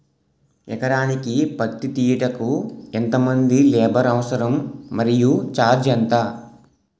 ఎకరానికి పత్తి తీయుటకు ఎంత మంది లేబర్ అవసరం? మరియు ఛార్జ్ ఎంత?